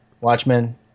Watchmen